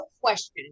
question